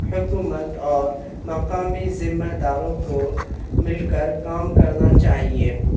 حکومت اور مقامی ذمہ داروں کو مل کر کام کرنا چاہیے